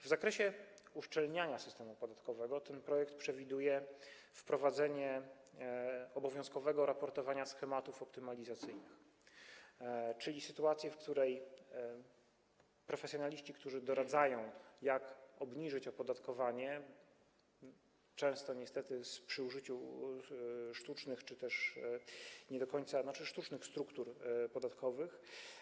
W zakresie uszczelniania systemu podatkowego ten projekt przewiduje wprowadzenie obowiązkowego raportowania schematów optymalizacyjnych, czyli sytuację, w której profesjonaliści, którzy doradzają, jak obniżyć opodatkowanie, często niestety przy użyciu sztucznych struktur podatkowych.